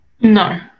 No